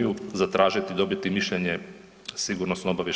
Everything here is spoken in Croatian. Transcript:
i EU, zatražiti i dobiti mišljenje SOA-e.